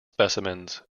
specimens